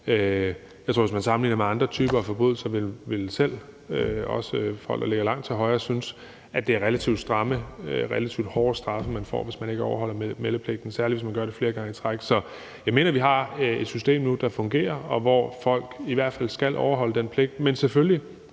Jeg tror, at hvis man sammenligner med andre typer af forbrydelser, vil selv folk, der ligger langt til højre, også synes, at det er relativt stramme, relativt hårde straffe, man får, hvis man ikke overholder meldepligten, særlig hvis det sker flere gange i træk. Så jeg mener, vi har et system nu, der fungerer, og hvor folk i hvert fald skal overholde den pligt. Men er det